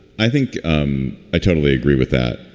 i think um i totally agree with that.